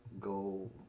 go